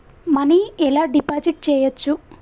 Money ఎలా deposit చేయచ్చు?